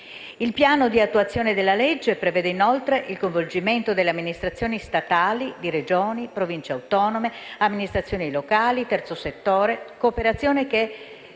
Il piano di attuazione della legge prevede inoltre il coinvolgimento delle amministrazioni statali, Regioni, Province autonome, amministrazioni locali e terzo settore. Tale cooperazione è